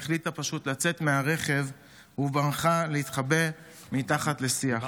החליטה פשוט לצאת מהרכב וברחה להתחבא מתחת לשיח.